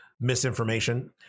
misinformation